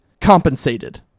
compensated